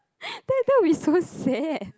that that will so sad